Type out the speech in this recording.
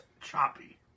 choppy